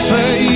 Say